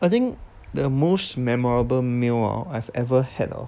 I think the most memorable meal hor I've ever had hor